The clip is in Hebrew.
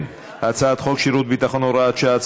ההצעה להעביר את הצעת חוק שירות ביטחון (הוראת שעה)